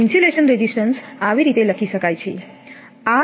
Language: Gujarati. ઇન્સ્યુલેશન રેઝિસ્ટન્સ આવી રીતે લખી શકાય છે